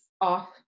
off